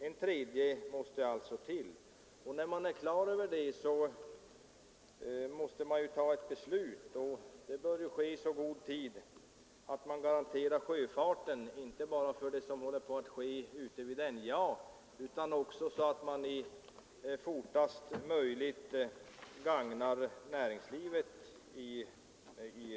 En tredje isbrytare måste till. När man är på det klara härmed måste man fatta ett beslut, vilket bör ske i så god tid att man garanterar sjöfarten, inte bara för NJA utan också så att man fortast möjligt gagnar hela näringslivet i norr.